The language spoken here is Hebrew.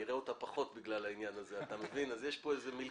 אני אראה אותה פחות בגלל העניין הזה ויש פה מלכוד.